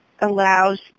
allows